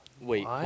Wait